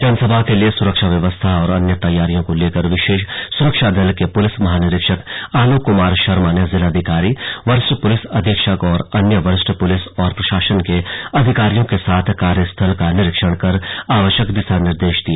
जनसभा के लिए सुरक्षा व्यवस्था और अन्य तैयारियों को लेकर विशेष सुरक्षा दल के पुलिस महानिरीक्षक आलोक कुमार शर्मा ने जिलाधिकारी वरिष्ठ पुलिस अधीक्षक और अन्य वरिष्ठ पुलिस और प्रशासन के अधिकारियों के साथ कार्यक्रम स्थल का निरीक्षण कर आवश्यक दिशा निर्देश दिए